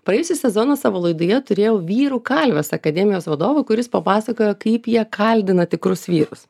praėjusį sezoną savo laidoje turėjau vyrų kalvės akademijos vadovą kuris papasakojo kaip jie kaldina tikrus vyrus